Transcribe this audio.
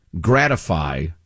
gratify